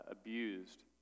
abused